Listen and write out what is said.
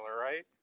right